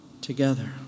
together